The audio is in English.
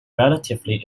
relatively